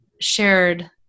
shared